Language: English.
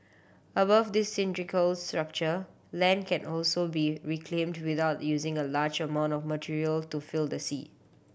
above this cylindrical structure land can also be reclaimed without using a large amount of material to fill the sea